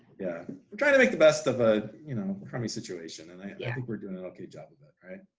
yeah, we're trying to make the best of a, you know, crummy situation, and i think we're doing an okay job of that, right?